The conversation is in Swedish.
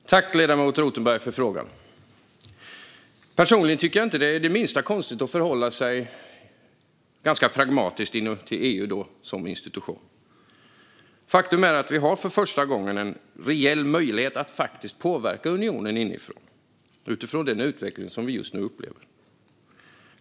Fru talman! Tack, ledamot Rothenberg, för frågan! Personligen tycker jag inte att det är det minsta konstigt att förhålla sig pragmatisk till EU som institution. Faktum är att vi för första gången har en reell möjlighet att påverka unionen inifrån i och med den utveckling som vi just nu upplever.